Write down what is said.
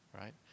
right